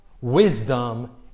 wisdom